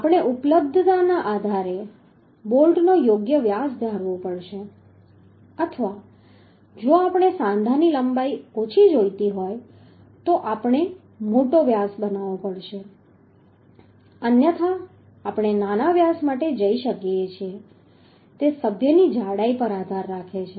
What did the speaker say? આપણે ઉપલબ્ધતાના આધારે બોલ્ટનો યોગ્ય વ્યાસ ધારવો પડશે અથવા જો આપણે સાંધાની લંબાઈ ઓછી જોઈતી હોય તો આપણે મોટો વ્યાસ બનાવવો પડશે અન્યથા આપણે નાના વ્યાસ માટે જઈ શકીએ છીએ તે સભ્યની જાડાઈ પર આધાર રાખે છે